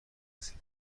رسید